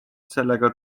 sellega